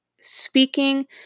speaking